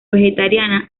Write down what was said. vegetariana